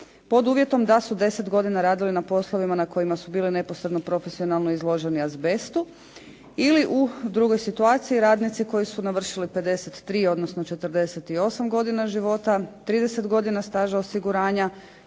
pod uvjetom da su 10 godina radili na poslovima na kojima su bili neposredno profesionalno izloženi azbestu, ili u drugoj situaciji radnici koji su navršili 53 odnosno 48 godina života, 30 godina staža osiguranja